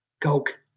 Coke